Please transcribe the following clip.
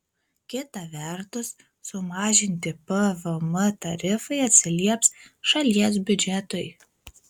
kita vertus sumažinti pvm tarifai atsilieps šalies biudžetui